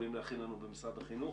יכולים להכין לנו במשרד החינוך.